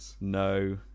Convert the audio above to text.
no